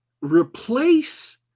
replace